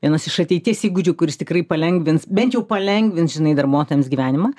vienas iš ateities įgūdžių kuris tikrai palengvins bent jau palengvins žinai darbuotojams gyvenimą